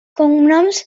cognoms